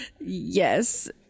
Yes